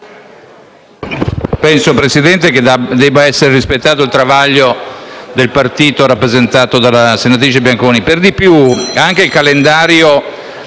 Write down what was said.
io credo che debba essere rispettato il travaglio del partito rappresentato dalla senatrice Bianconi.